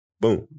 Boom